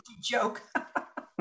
joke